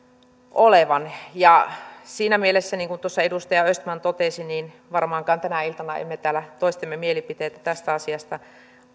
olevan siinä mielessä niin kuin tuossa edustaja östman totesi varmaankaan tänä iltana emme täällä toistemme mielipiteitä tästä asiasta